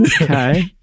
okay